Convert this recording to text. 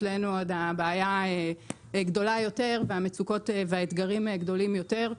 אצלנו עוד הבעיה גדולה יותר והמצוקות והאתגרים גדולים יותר,